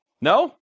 No